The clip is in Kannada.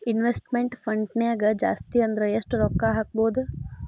ಇನ್ವೆಸ್ಟ್ಮೆಟ್ ಫಂಡ್ನ್ಯಾಗ ಜಾಸ್ತಿ ಅಂದ್ರ ಯೆಷ್ಟ್ ರೊಕ್ಕಾ ಹಾಕ್ಬೋದ್?